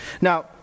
Now